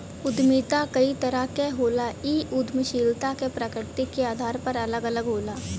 उद्यमिता कई तरह क होला इ उद्दमशीलता क प्रकृति के आधार पर अलग अलग होला